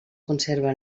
conserva